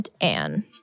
Anne